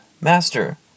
Master